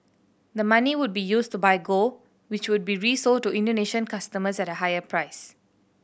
the money would be used to buy gold which would be resold to Indonesian customers at a higher price